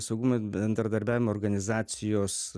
saugumo bendradarbiavimo organizacijos